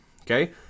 okay